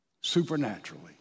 supernaturally